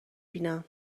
بینم